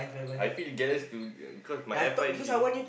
I feel jealous to because my F_I didn't